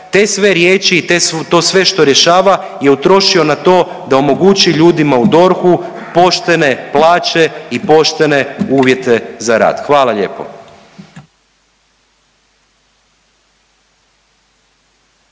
te sve riječi i to sve što rješava je utrošio na to da omogući ljudima u DORH-u poštene plaće i poštene uvjete za rad. Hvala lijepo.